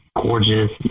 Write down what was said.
gorgeous